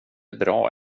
bra